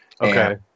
Okay